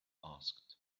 asked